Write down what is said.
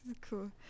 Cool